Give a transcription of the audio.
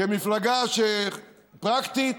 כמפלגה פרקטית